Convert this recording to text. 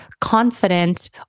confident